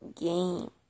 game